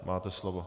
Máte slovo.